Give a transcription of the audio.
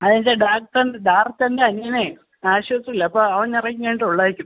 അതിൻ്റെ അനിയനേ ആശുപത്രിയിലാണ് ആപ്പോൾ അവനിറങ്ങിക്കഴിഞ്ഞിട്ടെ ഉള്ളുവായിരിക്കും